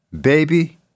Baby